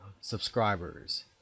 subscribers